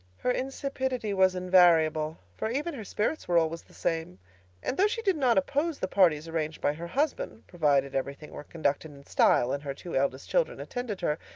her insipidity was invariable, for even her spirits were always the same and though she did not oppose the parties arranged by her husband, provided every thing were conducted in style and her two eldest children attended her,